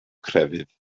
crefydd